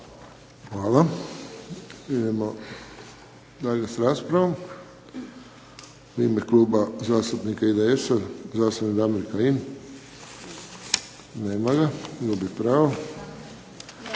Hvala. Idemo dalje s raspravom. U ime kluba zastupnika IDS-a, zastupnik Damir Kajin. Nema ga. Gubi pravo.